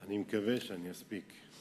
אני מקווה שאני אספיק.